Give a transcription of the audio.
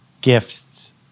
gifts